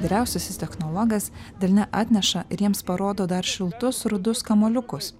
vyriausiasis technologas delne atneša ir jiems parodo dar šiltus rudus kamuoliukus